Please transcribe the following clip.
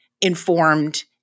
informed